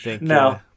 No